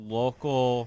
local